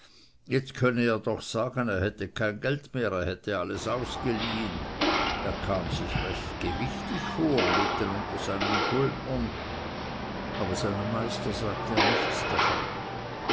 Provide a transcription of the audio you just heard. jetzt könne er doch sagen er hätte kein geld mehr er hätte alles ausgeliehen er kam sich recht gewichtig vor mitten unter seinen schuldnern aber seinem meister sagte er nichts davon